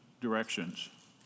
directions